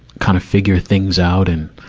kind of figure things out. and,